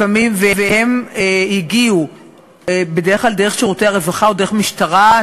הם הגיעו בדרך כלל דרך שירותי הרווחה או דרך המשטרה,